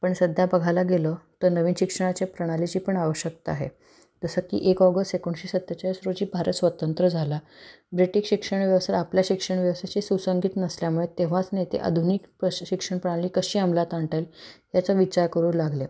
पण सध्या बघायला गेलं तर नवीन शिक्षणाचे प्रणालीची पण आवश्यकता आहे जसं की एक ऑगस एकोणीसशे सत्तेचाळीस रोजी भारत स्वतंत्र झाला ब्रिटीक शिक्षण व्यवस्था आपल्या शिक्षण व्यवस्थेशी सुसंगत नसल्यामुळे तेव्हाच नेते आधुनिक प्रशि शिक्षण प्रणाली कशी अमलात आणता येईल याचा विचार करू लागले